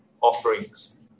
offerings